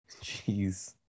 Jeez